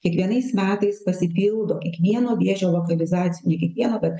kiekvienais metais pasipildo kiekvieno vėžio lokalizacijoj ne kiekvieno bet